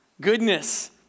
Goodness